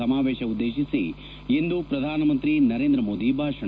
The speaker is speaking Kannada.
ಸಮಾವೇಶ ಉದ್ಗೇಶಿಸಿ ಇಂದು ಪ್ರಧಾನಮಂತ್ರಿ ನರೇಂದ್ರ ಮೋದಿ ಭಾಷಣ